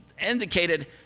indicated